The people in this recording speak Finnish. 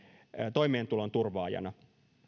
toimeentulon turvaajana